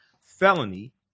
felony